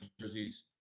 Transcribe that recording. jerseys